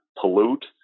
pollute